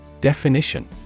Definition